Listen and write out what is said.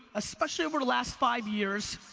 especially over the last five years,